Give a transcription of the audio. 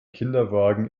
kinderwagen